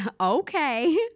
Okay